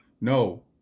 No